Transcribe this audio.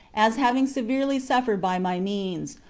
as having severely suffered by my means,